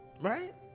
right